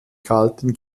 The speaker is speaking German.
kalten